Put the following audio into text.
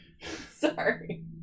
Sorry